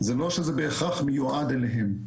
זה לא שזה בהכרח מיועד אליהם.